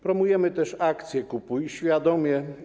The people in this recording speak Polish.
Promujemy też akcję „Kupuj świadomie”